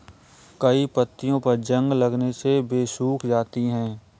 कई पत्तियों पर जंग लगने से वे सूख जाती हैं